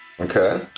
Okay